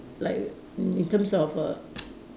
like in in terms of err